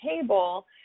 table